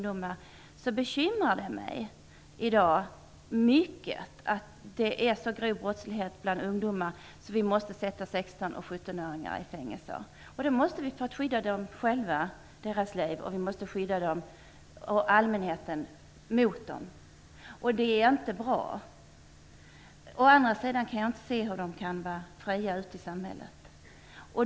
Det bekymrar mig i dag mycket att det är så grov brottslighet bland ungdomar att vi måste sätta 16 och 17-åringar i fängelse. Det måste vi göra för att skydda dem själva och deras egna liv och för att skydda allmänheten. Det är inte bra. Å andra sidan kan jag inte se hur de kan vara fria ute i samhället.